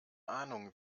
ahnung